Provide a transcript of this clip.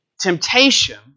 temptation